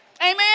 Amen